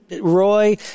Roy